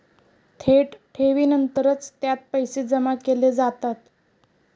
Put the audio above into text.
थेट ठेवीनंतरच त्यात पैसे जमा केले जातात